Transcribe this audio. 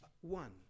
one